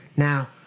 Now